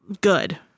good